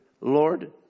Lord